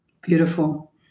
beautiful